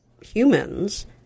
humans